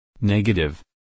Negative